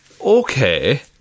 Okay